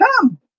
come